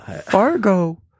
Fargo